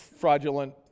fraudulent